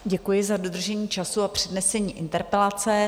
Děkuji za dodržení času a přednesení interpelace.